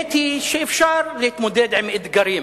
האמת היא שאפשר להתמודד עם אתגרים